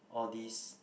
all these